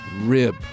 rib